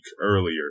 earlier